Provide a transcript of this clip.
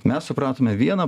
mes supratome vieną